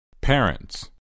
Parents